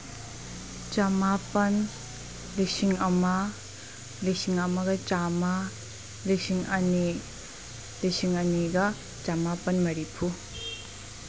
ꯆꯥꯝꯃꯥꯄꯜ ꯂꯤꯁꯤꯡ ꯑꯃ ꯂꯤꯁꯤꯡ ꯑꯃꯒ ꯆꯥꯝꯃꯥ ꯂꯤꯁꯤꯡ ꯑꯅꯤ ꯂꯤꯁꯤꯡ ꯑꯅꯤꯒ ꯆꯥꯝꯃꯥꯄꯜ ꯃꯔꯤꯐꯨ